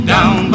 Down